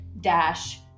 dash